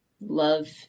love